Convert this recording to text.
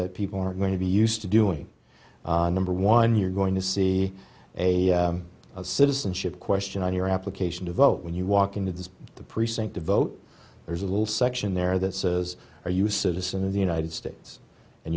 that people are going to be used to doing number one you're going to see a citizenship question on your application to vote when you walk into the the precinct to vote there's a little section there that says are you a citizen of the united states and